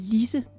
Lise